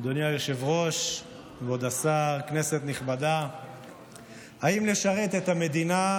הצורך לשמור על ביטחון המדינה והחובה לשרת בצבא,